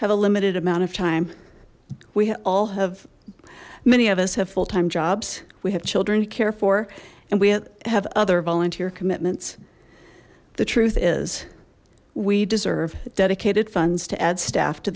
have a limited amount of time we all have many of us have full time jobs we have children to care for and we have other volunteer commitments the truth is we deserve dedicated funds to add staff to